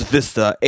Vista